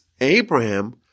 Abraham